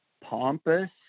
pompous